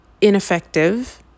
ineffective